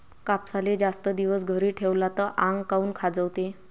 कापसाले जास्त दिवस घरी ठेवला त आंग काऊन खाजवते?